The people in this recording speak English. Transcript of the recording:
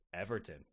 Everton